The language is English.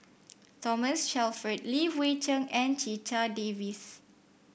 Thomas Shelford Li Hui Cheng and Checha Davies